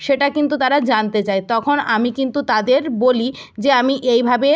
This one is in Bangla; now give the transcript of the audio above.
সেটা কিন্তু তারা জানতে চায় তখন আমি কিন্তু তাদের বলি যে আমি এইভাবে